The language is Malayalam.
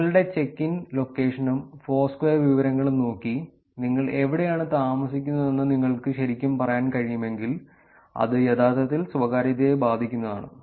നിങ്ങളുടെ ചെക്ക് ഇൻ ലൊക്കേഷനും ഫോർസ്ക്വയർ വിവരങ്ങളും നോക്കി നിങ്ങൾ എവിടെയാണ് താമസിക്കുന്നതെന്ന് എനിക്ക് ശരിക്കും പറയാൻ കഴിയുമെങ്കിൽ അത് യഥാർത്ഥത്തിൽ സ്വകാര്യതയെ ബാധിക്കുന്നതാണ്